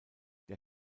der